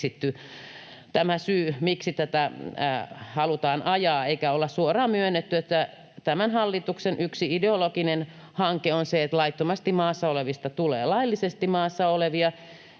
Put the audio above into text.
tämä syy, miksi tätä halutaan ajaa, eikä olla suoraan myönnetty, että tämän hallituksen yksi ideologinen hanke on se, että laittomasti maassa olevista tulee laillisesti maassa olevia,